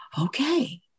okay